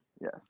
Yes